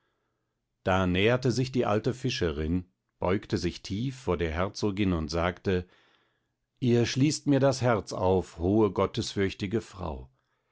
da näherte sich die alte fischerin beugte sich tief vor der herzogin und sagte ihr schließt mir das herz auf hohe gottesfürchtige frau